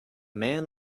man